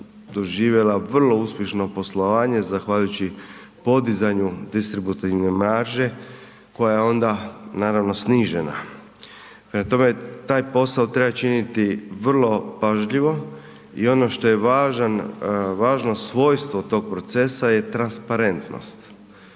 doživjela vrlo uspješno poslovanje zahvaljujući podizanju distributivne marže koja je onda naravno snižena. Prema tome taj posao treba činiti vrlo pažljivo i ono što je važno svojstvo tog procesa je transparentnost.